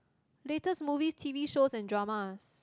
latest movies T_V shows and dramas